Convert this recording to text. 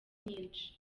nyinshi